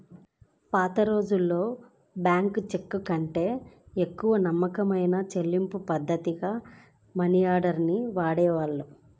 పాతరోజుల్లో బ్యేంకు చెక్కుకంటే ఎక్కువ నమ్మకమైన చెల్లింపుపద్ధతిగా మనియార్డర్ ని వాడేవాళ్ళు